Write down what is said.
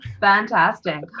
fantastic